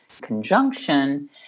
conjunction